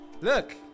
Look